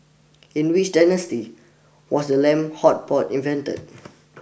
in which dynasty was the lamb hot pot invented